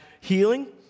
healing